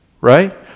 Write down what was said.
right